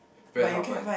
very hard to find